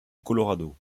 colorado